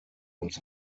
uns